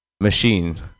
machine